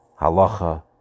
Halacha